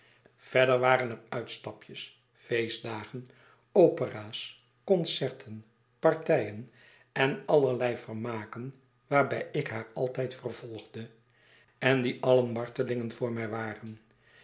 verder waren er uitstapjes feestdagen opera's concerten partijen en allerlei vermaken waarbij ik haar altijd vervolgde en die alien martelingen voor mij waren